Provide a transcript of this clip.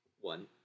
One